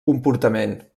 comportament